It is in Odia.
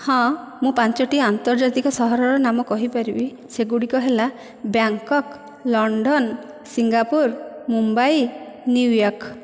ହଁ ମୁଁ ପାଞ୍ଚୋଟି ଆନ୍ତର୍ଜାତିକ ସହରର ନାମ କହିପାରିବି ସେଗୁଡ଼ିକ ହେଲା Bangkok London Singapore Mumbai New York